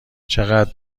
چقدر